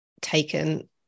taken